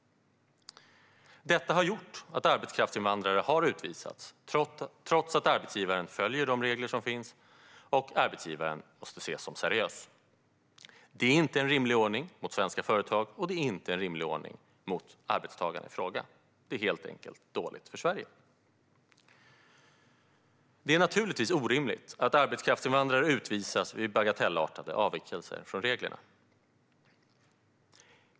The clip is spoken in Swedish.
Detta har gjort att arbetskraftsinvandrare har utvisas, trots att arbetsgivaren följer de regler som finns och arbetsgivaren måste ses som seriös. Det är inte en rimlig ordning mot svenska företag eller mot arbetstagarna i fråga. Det är helt enkelt dåligt för Sverige. Det är naturligtvis orimligt att arbetskraftsinvandrare utvisas vid bagatellartade avvikelser från reglerna.